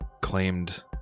claimed